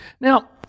Now